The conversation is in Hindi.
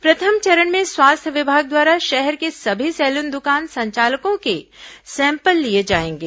प्रथम चरण में स्वास्थ्य विभाग द्वारा शहर के सभी सैलून दुकान संचालकों के सैंपल लिए जाएंगे